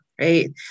right